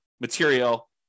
material